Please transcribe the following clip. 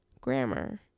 grammar